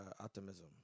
optimism